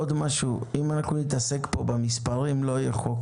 אם אנחנו נתעסק פה במספרים לא יהיה חוק